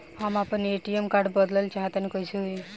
हम आपन ATM card बदलल चाह तनि कइसे होई?